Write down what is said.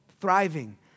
thriving